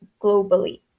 globally